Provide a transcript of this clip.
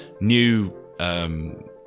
new